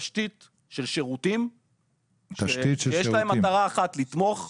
תשתית של שירותים שמטרתם היא אחת, לתמוך בקשיש.